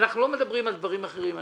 אנחנו לא מדברים על דברים אחרים.